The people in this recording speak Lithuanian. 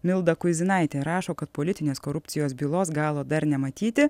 milda kuizinaitė rašo kad politinės korupcijos bylos galo dar nematyti